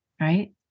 right